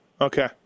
Okay